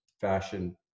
fashion